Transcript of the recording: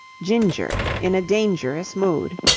ginger in dangerous mood